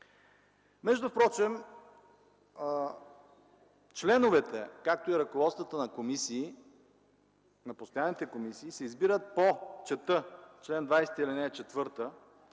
Между впрочем членовете, както и ръководството на комисии, на постоянните комисии, се избират – чета чл. 20, ал. 4 –